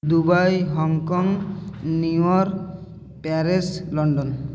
Dubai Hong Kong New York Paris London